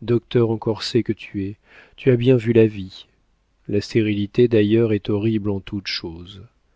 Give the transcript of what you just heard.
docteur en corset que tu es tu as bien vu la vie la stérilité d'ailleurs est horrible en toute chose